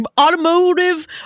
automotive